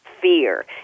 fear